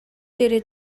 дээрээ